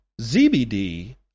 ZBD